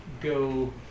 go